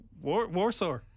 Warsaw